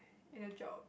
in a job